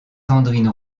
sandrine